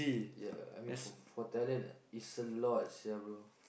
ya I mean for for Thailand is a lot sia bro